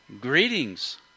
Greetings